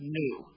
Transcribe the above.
new